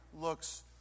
looks